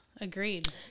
Agreed